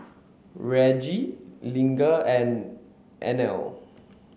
Reggie Lige and Inell